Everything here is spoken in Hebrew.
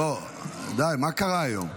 די, מה קרה היום?